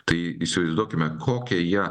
tai įsivaizduokime kokią jie